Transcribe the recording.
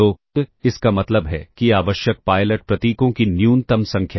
तो इसका मतलब है कि आवश्यक पायलट प्रतीकों की न्यूनतम संख्या